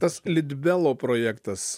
tas litbelo projektas